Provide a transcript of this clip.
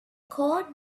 cord